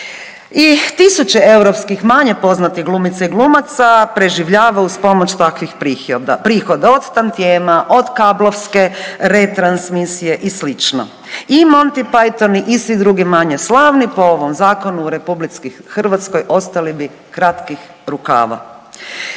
I tisuće europskih manje poznatih glumica i glumaca preživljava uz pomoć takvih prihoda od tantijema, od kablovske retransmisije i sl. I Monty Phyton i svi drugi manje slavni po ovom zakonu u RH ostali bi kratkih rukava.